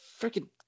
freaking